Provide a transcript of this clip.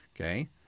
okay